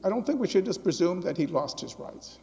i don't think we should just presume that he lost his rights